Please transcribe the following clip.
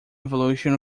evolution